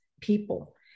people